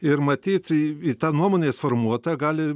ir matyt į tą nuomonės formuotoją gali